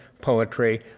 poetry